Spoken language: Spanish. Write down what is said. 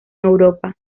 europa